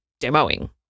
demoing